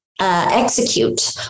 execute